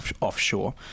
Offshore